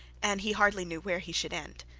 and he hardly knew where he should end.